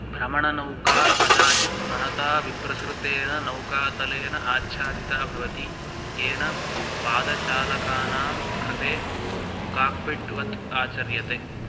भ्रमणनौका कदाचित् महता विप्रसृतेन नौकातलेन आच्छादिता भवति येन पादचालकानाम् कृते काकपिट्वत् वत् आचर्यते